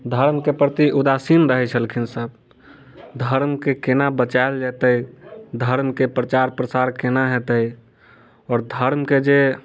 धर्म के प्रति ऊदासीन रहै छलखिन सब धर्म के केना बचाएल जेतै धर्म के प्रचार प्रसार केना हेतै आओर धर्म के जे